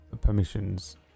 permissions